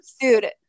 Dude